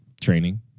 Training